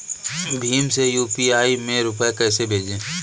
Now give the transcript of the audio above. भीम से यू.पी.आई में रूपए कैसे भेजें?